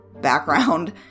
background